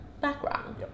background